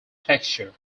texture